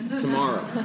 tomorrow